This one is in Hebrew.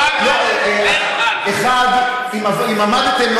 אם עמדתם,